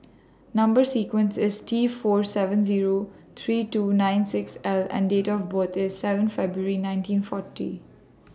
Number sequence IS T four seven Zero three two nine six L and Date of birth IS seven February nineteen forty